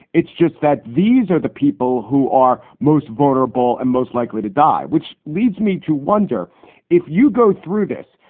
it's just that these are the people who are most vulnerable and most likely to die. which leads me to wonder if you go through this,